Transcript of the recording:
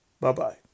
Bye-bye